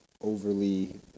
overly